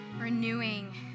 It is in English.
renewing